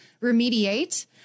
remediate